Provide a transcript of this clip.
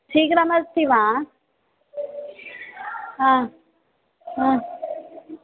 शीघ्रमस्ति वा हा हा